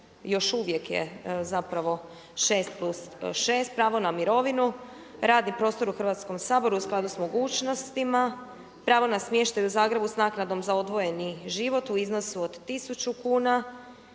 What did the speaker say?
još uvijek je zapravo 6+6, pravo na mirovinu, radni prostor u Hrvatskom saboru u skladu sa mogućnostima, pravo na smještaj u Zagrebu sa naknadom za odvojeni život u iznosu od 1000 kuna